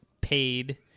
paid